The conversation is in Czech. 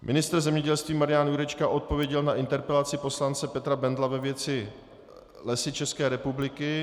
Ministr zemědělství Marian Jurečka odpověděl na interpelaci poslance Petra Bendla ve věci Lesů České republiky.